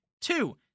two